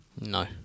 No